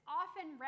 often